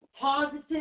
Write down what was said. Positive